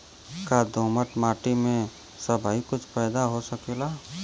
का दोमट माटी में सबही कुछ पैदा हो सकेला?